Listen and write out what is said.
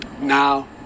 Now